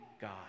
God